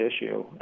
issue